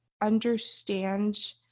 understand